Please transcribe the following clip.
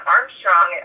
Armstrong